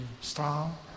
strong